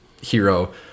hero